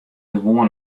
gewoan